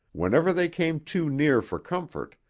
whenever they came too near for comfort,